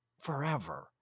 forever